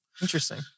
Interesting